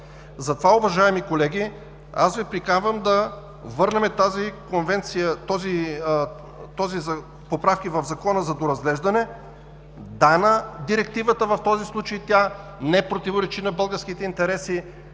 Затова, уважаеми колеги, аз Ви приканвам да върнем тази конвенция, тези поправки в Закона за доразгледжане. „Да“ на Директивата в този случай, тя не противоречи на българските интереси,